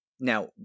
Now